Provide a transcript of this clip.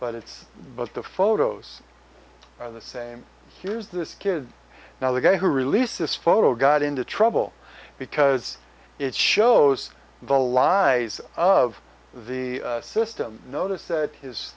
but it's but the photos are the same here's this kid now the guy who released this photo got into trouble because it shows the lies of the system notice that his